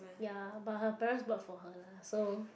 ya but her parents bought for her lah so